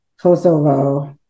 Kosovo